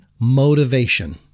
motivation